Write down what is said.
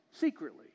secretly